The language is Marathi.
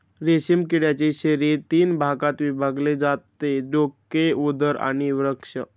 रेशीम किड्याचे शरीर तीन भागात विभागले जाते डोके, उदर आणि वक्ष